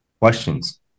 questions